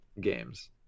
games